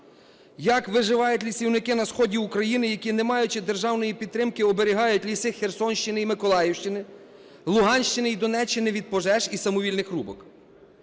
як виживають лісівники на сході України, які, не маючи державної підтримки, оберігають ліси Херсонщини і Миколаївщини, Луганщини і Донеччини від пожеж і самовільних рубок.